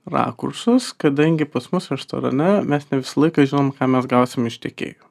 rakursas kadangi pas mus restorane mes ne visą laiką žinom ką mes gausim iš tiekėjo